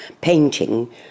painting